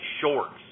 shorts